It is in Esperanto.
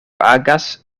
agas